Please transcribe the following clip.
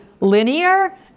linear